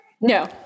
No